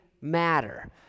matter